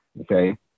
okay